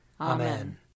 Amen